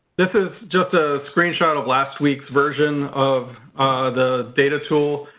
this is just a screenshot of last week's version of the data tool.